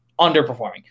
underperforming